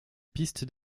piste